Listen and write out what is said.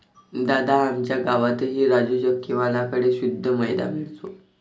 दादा, आमच्या गावातही राजू चक्की वाल्या कड़े शुद्ध मैदा मिळतो